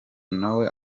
nawe